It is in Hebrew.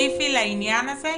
ספציפי לעניין הזה?